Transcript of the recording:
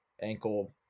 ankle